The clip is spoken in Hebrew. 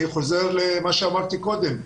אני חוזר למה שאמרתי קודם.